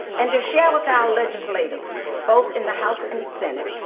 and to share with our legislators both in the house and the senate,